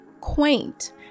quaint